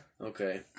Okay